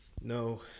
No